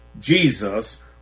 Jesus